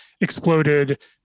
exploded